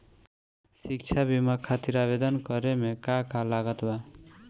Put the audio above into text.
शिक्षा बीमा खातिर आवेदन करे म का का लागत बा?